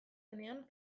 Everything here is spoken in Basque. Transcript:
denean